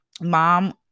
mom